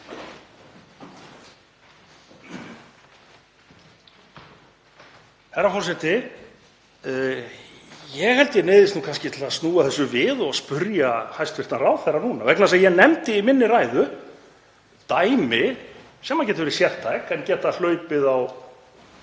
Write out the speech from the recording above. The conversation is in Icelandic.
Herra forseti. Ég held ég neyðist kannski til að snúa þessu við og spyrja hæstv. ráðherra núna, vegna þess að ég nefndi í minni ræðu dæmi sem geta verið sértæk en geta hlaupið á